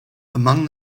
among